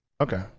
Okay